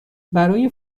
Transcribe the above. برای